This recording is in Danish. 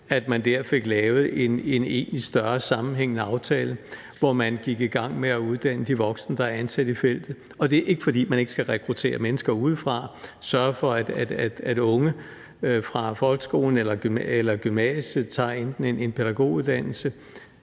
niveau, fik lavet en egentlig større sammenhængende aftale, hvor man gik i gang med at uddanne de voksne, der er ansat i feltet. Og det er ikke, fordi man ikke skal rekruttere mennesker udefra, sørge for, at unge fra gymnasiet tager en pædagoguddannelse,